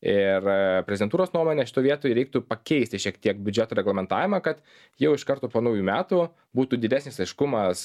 ir prezentūros nuomone šitoj vietoj reiktų pakeisti šiek tiek biudžeto reglamentavimą kad jau iš karto po naujų metų būtų didesnis aiškumas